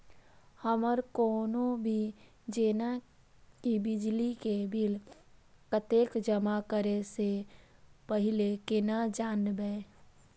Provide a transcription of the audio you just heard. हमर कोनो भी जेना की बिजली के बिल कतैक जमा करे से पहीले केना जानबै?